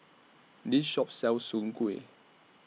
This Shop sells Soon Kueh